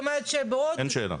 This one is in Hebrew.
אין שאלה.